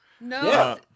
No